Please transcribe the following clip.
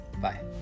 Bye